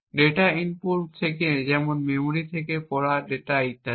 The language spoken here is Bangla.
ডেটা ইনপুট যেমন মেমরি থেকে পড়া ডেটা ইত্যাদি